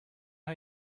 how